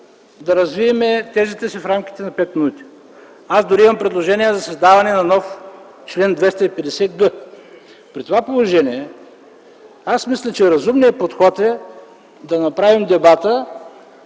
да развием тезите си в рамките на 5 мин. Аз дори имам предложение за създаване на нов чл. 250г. При това положение аз мисля, че разумният подход е да направим дебата